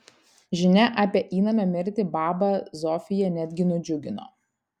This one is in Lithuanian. žinia apie įnamio mirtį babą zofiją netgi nudžiugino